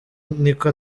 niko